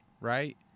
Right